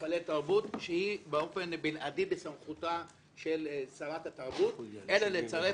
במפעלי תרבות כשהוא באופן בלעדי בסמכותה של שרת התרבות אלא לצרף,